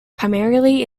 primarily